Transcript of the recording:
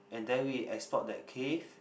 and then we explored that cave